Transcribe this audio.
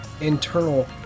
internal